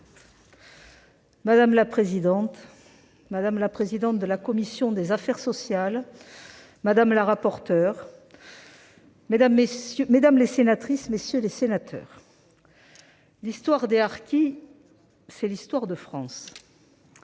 Madame la présidente, madame la présidente de la commission des affaires sociales, madame la rapporteure, mesdames les sénatrices, messieurs les sénateurs, l'histoire des harkis, c'est l'histoire de France.